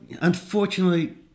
unfortunately